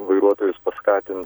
vairuotojus paskatin